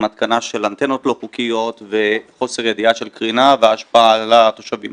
התקנה של אנטנות לא חוקיות וחוסר ידיעה של קרינה והשפעה על התושבים.